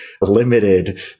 limited